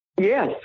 Yes